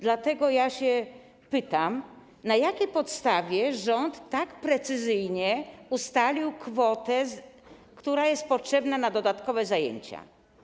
Dlatego pytam: Na jakiej podstawie rząd tak precyzyjnie ustalił kwotę, która jest potrzebna na dodatkowe zajęcia?